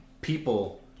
people